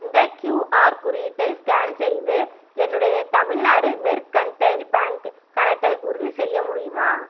இந்த க்யூஆர் குறியீட்டை ஸ்கேன் செய்து என்னுடைய தமிழ்நாடு மெர்கன்டைல் பேங்க் கணக்கை உறுதிசெய்ய முடியுமா